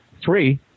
Three